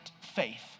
faith